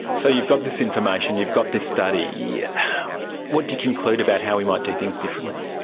so you've got this information, you've got this study. yeah what do you conclude about how we might do things differently?